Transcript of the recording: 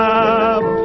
up